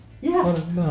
Yes